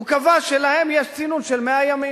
הוא קבע שלהם יש צינון של 100 ימים.